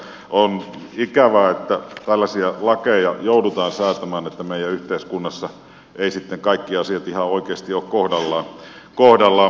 on ikävää että tällaisia lakeja joudutaan säätämään että meidän yhteiskunnassa eivät sitten kaikki asiat ihan oikeasti ole kohdallaan